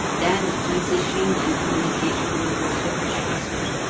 then the transition and communication will go so much faster.